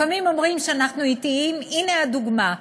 לפעמים אומרים שאנחנו אטיים, אבל הנה הדוגמה.